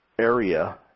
area